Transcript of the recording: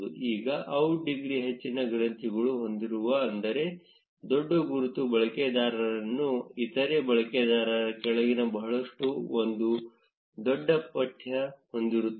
ಈಗ out degree ಹೆಚ್ಚಿನ ಗ್ರಂಥಿಗಳು ಹೊಂದಿರುವ ಅಂದರೆ ದೊಡ್ಡ ಗುರುತು ಬಳಕೆದಾರರನ್ನು ಇತರೆ ಬಳಕೆದಾರರ ಕೆಳಗಿನ ಬಹಳಷ್ಟು ಒಂದು ದೊಡ್ಡ ಪಠ್ಯ ಹೊಂದಿರುತ್ತದೆ